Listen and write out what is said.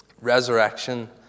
resurrection